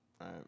Right